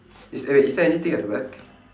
is eh is there anything at the back